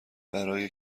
برای